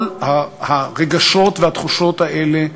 כל הרגשות והתחושות האלה,